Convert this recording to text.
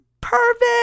perfect